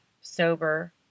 sober